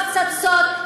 ההפצצות,